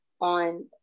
on